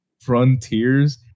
frontiers